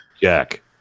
Jack